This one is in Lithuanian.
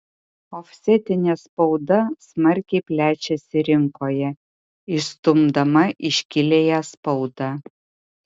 ofsetinė spauda smarkiai plečiasi rinkoje išstumdama iškiliąją spaudą